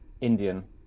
Indian